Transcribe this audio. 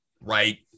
right